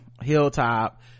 hilltop